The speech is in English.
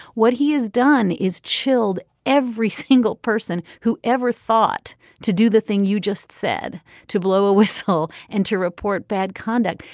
what he has done is chilled every single person who ever thought to do the thing you just said to blow a whistle and to report bad conduct.